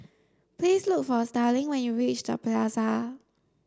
please look for Starling when you reach The Plaza